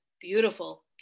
beautiful